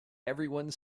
everyone